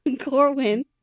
Corwin